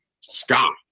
scott